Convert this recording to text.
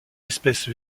espèces